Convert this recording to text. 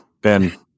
Ben